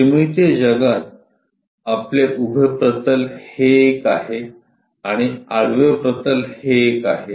त्रिमितीय जगात आपले उभे प्रतल हे एक आहे आणि आडवे प्रतल हे एक आहे